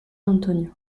antonio